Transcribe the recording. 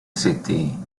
city